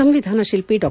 ಸಂವಿಧಾನ ಶಿಲ್ಪಿ ಡಾ